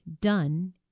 done